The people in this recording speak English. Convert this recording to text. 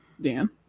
Dan